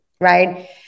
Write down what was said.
right